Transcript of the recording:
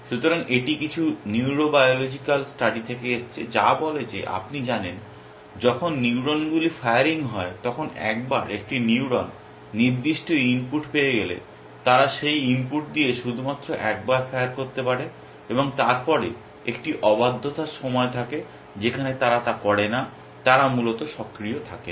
সুতরাং এটি কিছু নিউরোবায়োলজিকাল স্টাডি থেকে এসেছে যা বলে যে আপনি জানেন যখন নিউরনগুলি ফায়ারিং হয় তখন একবার একটি নিউরন নির্দিষ্ট ইনপুট পেয়ে গেলে তারা সেই ইনপুট দিয়ে শুধুমাত্র একবার ফায়ার করতে পারে এবং তারপরে একটি অবাধ্যতার সময় থাকে যেখানে তারা তা করে না তারা মূলত সক্রিয় থাকে না